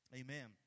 amen